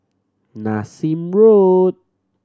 Nassim Road